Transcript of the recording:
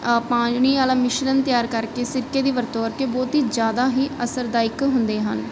ਪਾਣੀ ਵਾਲਾ ਮਿਸ਼ਰਣ ਤਿਆਰ ਕਰਕੇ ਸਿਰਕੇ ਦੀ ਵਰਤੋਂ ਕਰਕੇ ਬਹੁਤ ਹੀ ਜ਼ਿਆਦਾ ਹੀ ਅਸਰਦਾਇਕ ਹੁੰਦੇ ਹਨ